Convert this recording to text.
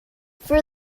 for